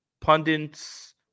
pundits